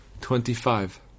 Twenty-five